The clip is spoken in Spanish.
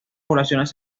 poblaciones